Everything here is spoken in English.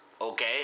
Okay